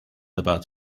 about